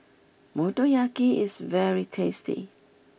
Motoyaki is very tasty